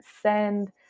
send